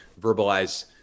verbalize